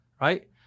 right